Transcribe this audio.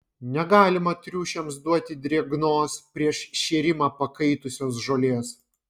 negalima triušiams duoti drėgnos prieš šėrimą pakaitusios žolės